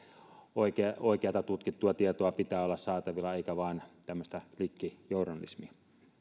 oikeata tutkittua tietoa pitää olla saatavilla eikä vain tämmöistä klikkijournalismia